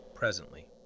Presently